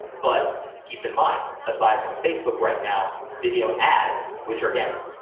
but keep in mind, aside from facebook right now, video ads, which are again,